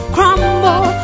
Crumble